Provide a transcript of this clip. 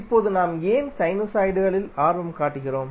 இப்போது நாம் ஏன் சைனுசாய்டுகளில் ஆர்வம் காட்டுகிறோம்